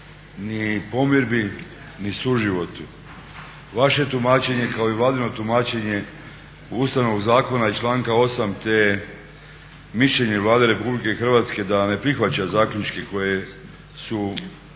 ni pomirbi ni suživotu. Vaše tumačenje kao i Vladino tumačenje Ustavnog zakona i članka 8. te mišljenje Vlade RH da ne prihvaća zaključke koje su